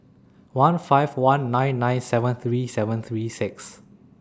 one five one nine nine seven three seven three six